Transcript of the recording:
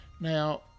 Now